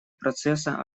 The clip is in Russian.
процесса